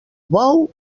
bou